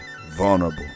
vulnerable